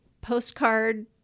postcard